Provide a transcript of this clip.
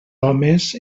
homes